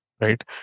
right